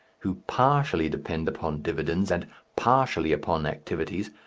who partially depend upon dividends and partially upon activities,